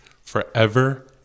forever